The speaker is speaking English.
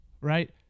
right